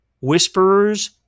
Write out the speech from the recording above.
whisperers